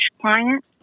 client